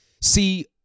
see